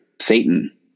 Satan